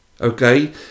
Okay